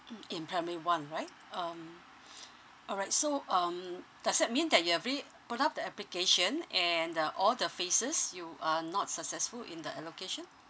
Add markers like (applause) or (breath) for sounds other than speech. mm in primary one right um (breath) all right so um does that mean that you've already put up the application and uh all the phases you are not successful in the allocation